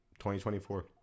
2024